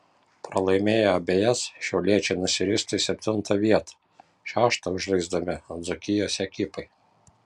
pralaimėję abejas šiauliečiai nusiristų į septintą vietą šeštą užleisdami dzūkijos ekipai